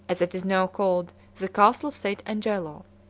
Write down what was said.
as it is now called, the castle of st. angelo.